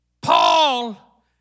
Paul